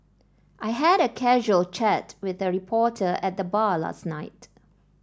I had a casual chat with a reporter at the bar last night